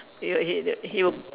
it will hit it he will